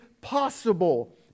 possible